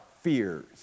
fears